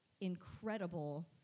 incredible